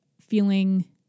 feeling